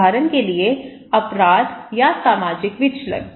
उदाहरण के लिए अपराध या सामाजिक विचलन